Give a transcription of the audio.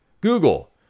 Google